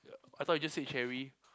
I thought you just said Cherry